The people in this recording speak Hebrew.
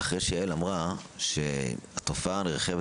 אחרי שיעל אמרה שהתופעה נרחבת,